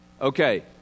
Okay